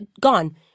gone